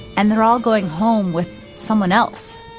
and they're all going home with someone else